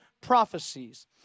prophecies